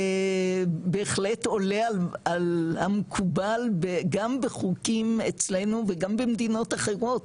בהחלט עולה על המקובל גם בחוקים אצלנו וגם במדינות אחרות,